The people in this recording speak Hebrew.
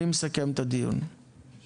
כן